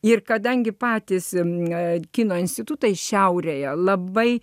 ir kadangi patys ir ne kino institutai šiaurėje labai